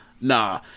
Nah